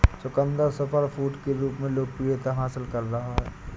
चुकंदर सुपरफूड के रूप में लोकप्रियता हासिल कर रहा है